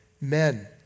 men